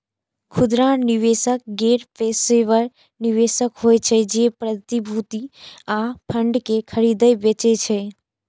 खुदरा निवेशक गैर पेशेवर निवेशक होइ छै, जे प्रतिभूति आ फंड कें खरीदै बेचै छै